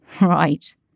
Right